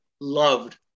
loved